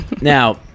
now